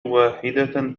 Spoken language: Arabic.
واحدة